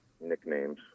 Nicknames